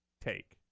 take